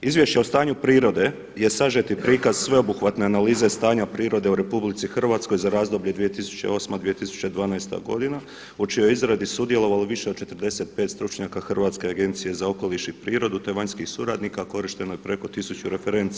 Izvješće o stanju prirode je sažeti prikaz sveobuhvatne analize stanja prirode u RH za razdoblje 2008./2012. godina u čijoj je izradi sudjelovalo više od 45 stručnjaka Hrvatske agencije za okoliš i prirodu te vanjskih suradnika korišteno je preko tisuću referenci.